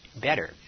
better